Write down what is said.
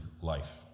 life